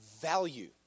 value